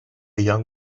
young